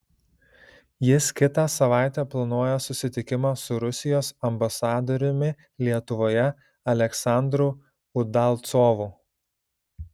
jis kitą savaitę planuoja susitikimą su rusijos ambasadoriumi lietuvoje aleksandru udalcovu